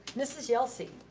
mrs. yelsey.